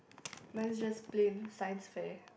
mine is just plain science fair